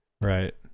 right